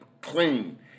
clean